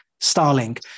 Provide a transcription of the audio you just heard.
Starlink